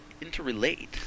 interrelate